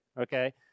Okay